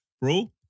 bro